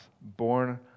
born